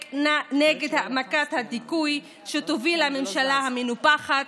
נגד העמקת הדיכוי שתוביל הממשלה המנופחת,